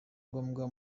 ngombwa